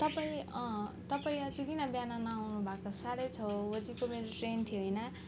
तपाईँ अँ तपाईँ आज किन बिहान नआउनुभएको साढे छ बजीको मेरो ट्रेन थियो होइन